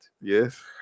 Yes